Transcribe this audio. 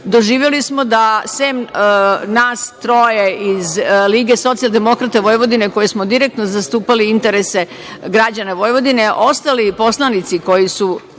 Doživeli smo da, sem nas troje iz Lige socijaldemokrata Vojvodine, koji smo direktno zastupali interese građana Vojvodine, ostali poslanici koji su